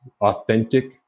authentic